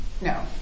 No